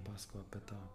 pasakojau apie to